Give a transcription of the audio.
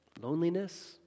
loneliness